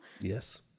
Yes